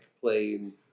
playing